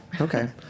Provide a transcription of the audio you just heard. Okay